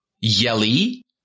yelly